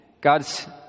God's